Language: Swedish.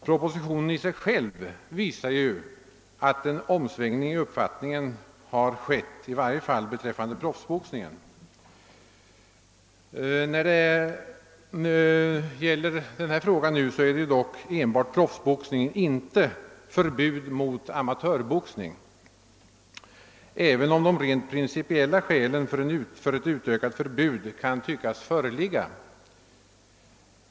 Propositionen i sig själv visar ju att en omsvängning i uppfattningen har skett, i varje fall beträffande proffsboxningen. Nu gäller det enbart förbud mot proffsboxning, inte mot amatörboxning, även om de rent principiella skälen för ett utökat förbud kan tyckas föreligga.